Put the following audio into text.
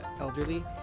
elderly